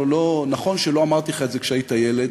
נכון שלא אמרתי לך את זה כשהיית ילד,